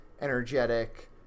energetic